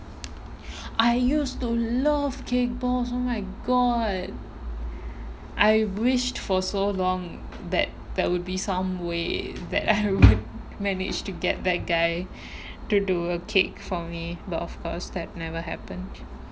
I used to love cake boss oh my god I wished for so long that there would be some way that I would manage to get that guy to do a cake for me but of course that never happen